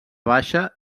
baixa